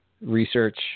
research